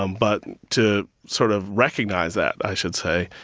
um but to sort of recognize that, i should say,